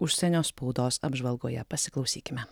užsienio spaudos apžvalgoje pasiklausykime